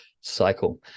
cycle